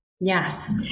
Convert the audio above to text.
Yes